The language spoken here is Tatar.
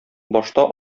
башта